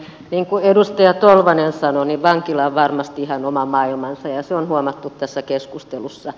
niin kuin edustaja tolvanen sanoi niin vankila on varmasti ihan oma maailmansa ja se on huomattu tässä keskustelussa